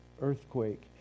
earthquake